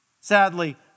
Sadly